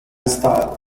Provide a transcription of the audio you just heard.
style